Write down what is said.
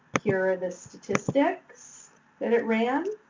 here are the statistics that it ran.